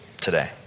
today